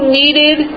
needed